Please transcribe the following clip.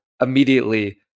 immediately